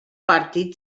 partit